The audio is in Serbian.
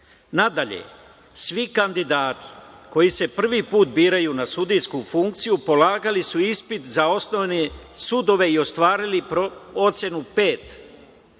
svi kandidati koji se prvi put biraju na sudijsku funkciju, polagali su ispit za osnovne sudove i ostvarili ocenu